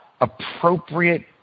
appropriate